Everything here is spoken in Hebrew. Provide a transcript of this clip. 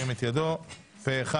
פה אחד.